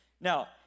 Now